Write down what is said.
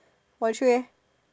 forty three eh